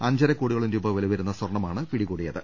അഞ്ചര കോടിയോളം രൂപ വില വരുന്ന സ്വർണ്ണമാണ് പിടികൂടിയത്